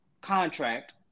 contract